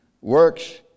works